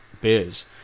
beers